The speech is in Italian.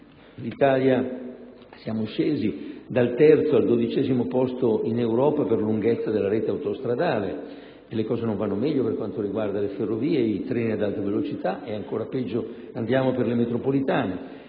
competitivi; siamo scesi dal terzo al dodicesimo posto in Europa per lunghezza della rete autostradale e le cose non vanno meglio per quanto riguarda le ferrovie e i treni ad alta velocità e ancora peggio per le metropolitane.